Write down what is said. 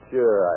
Sure